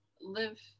live